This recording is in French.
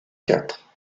quatre